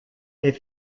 est